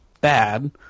bad